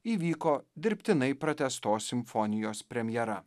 įvyko dirbtinai pratęstos simfonijos premjera